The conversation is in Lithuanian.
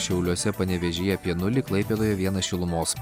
šiauliuose panevėžyje apie nulį klaipėdoje vienas šilumos